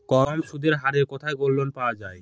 কম সুদের হারে কোথায় গোল্ডলোন পাওয়া য়ায়?